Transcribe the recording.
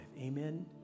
Amen